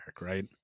right